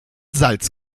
salz